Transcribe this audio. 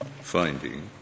finding